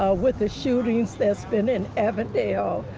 ah with the shootings that's been in evansville,